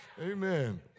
Amen